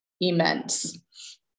immense